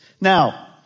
Now